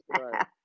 right